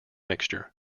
mixture